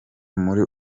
muri